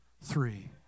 three